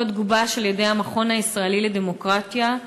הקוד גובש על-ידי המכון הישראלי לדמוקרטיה,